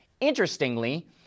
Interestingly